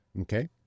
Okay